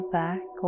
back